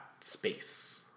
space